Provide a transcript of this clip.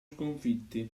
sconfitti